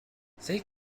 they